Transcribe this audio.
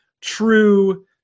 true